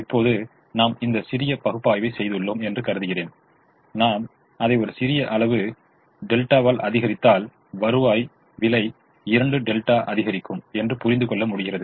இப்போது நாம் இந்த சிறிய பகுப்பாய்வைச் செய்துள்ளோம் என்று கருதுகிறேன் நாம் அதை ஒரு சிறிய அளவு δ அதிகரித்தால் வருவாய் விலை 2 δ அதிகரிக்கும் என்று புரிந்து கொள்ள முடிகிறது